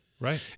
Right